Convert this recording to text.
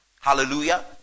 Hallelujah